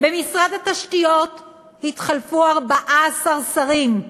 במשרד התשתיות התחלפו 14 שרים,